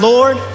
Lord